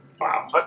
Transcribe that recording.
Wow